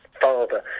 father